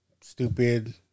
stupid